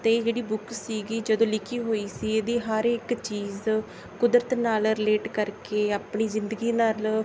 ਅਤੇ ਜਿਹੜੀ ਬੁੱਕ ਸੀਗੀ ਜਦੋਂ ਲਿਖੀ ਹੋਈ ਸੀ ਇਹਦੀ ਹਰ ਇੱਕ ਚੀਜ਼ ਕੁਦਰਤ ਨਾਲ ਰਿਲੇਟ ਕਰਕੇ ਆਪਣੀ ਜ਼ਿੰਦਗੀ ਨਾਲ